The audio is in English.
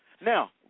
Now